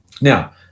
Now